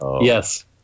Yes